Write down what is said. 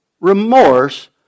remorse